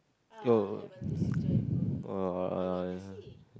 no uh